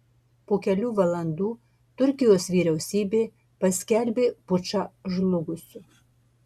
po kelių valandų turkijos vyriausybė paskelbė pučą žlugusiu